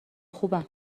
خوبم